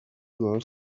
girl